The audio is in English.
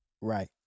Right